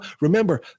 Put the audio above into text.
remember